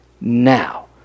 now